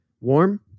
warm